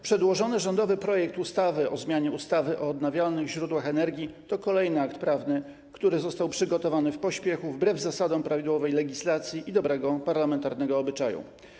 Przedłożony rządowy projekt ustawy o zmianie ustawy o odnawialnych źródłach energii to kolejny akt prawny, który został przygotowany w pośpiechu, wbrew zasadom prawidłowej legislacji i dobremu obyczajowi parlamentarnemu.